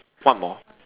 one more